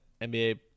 NBA